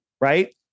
right